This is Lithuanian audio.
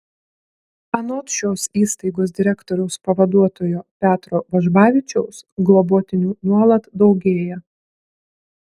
anot šios įstaigos direktoriaus pavaduotojo petro vežbavičiaus globotinių nuolat daugėja